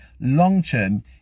long-term